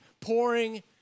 pouring